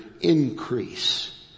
increase